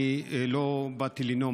אני לא באתי לנאום,